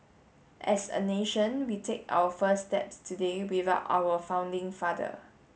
as a nation we take our first steps today without our founding father